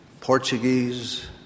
Portuguese